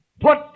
put